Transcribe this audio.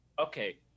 okay